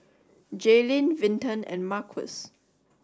Jaelynn Vinton and Marquis